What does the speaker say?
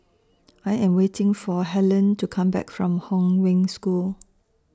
I Am waiting For Helene to Come Back from Hong Wen School